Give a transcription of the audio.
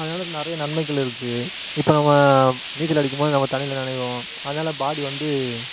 அதனால நிறைய நன்மைகள் இருக்குது இப்போ நம்ம நீச்சல் அடிக்கும்போது நம்ம தண்ணியில் நனைவோம் அதனால பாடி வந்து